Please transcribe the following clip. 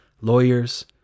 lawyers